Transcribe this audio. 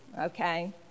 Okay